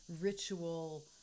ritual